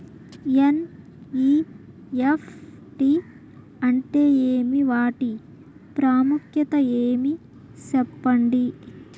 NEFT అంటే ఏమి వాటి ప్రాముఖ్యత ఏమి? సెప్పండి?